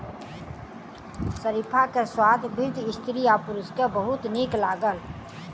शरीफा के स्वाद वृद्ध स्त्री आ पुरुष के बहुत नीक लागल